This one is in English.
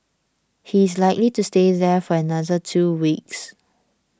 he is likely to stay there for another two weeks